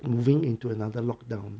moving into another lockdown